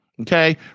okay